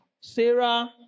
Sarah